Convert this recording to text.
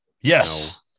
yes